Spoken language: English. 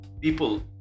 people